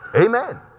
amen